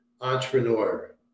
entrepreneur